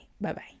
Bye-bye